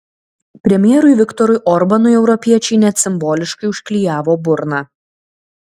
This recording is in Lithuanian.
premjerui viktorui orbanui europiečiai net simboliškai užklijavo burną